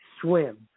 swim